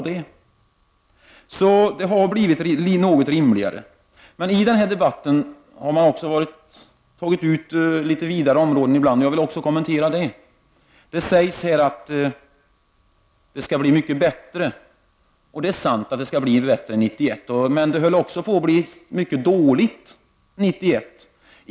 Förhållandena har alltså blivit något rimligare. Man har i debatten också kommit ut på litet vidare områden, och jag vill något kommentera det som då har sagts. Det har här framhållits att det skall bli bättre 1991, och det är sant. Men 1991 har också varit på väg att bli ett mycket dåligt år.